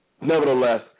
nevertheless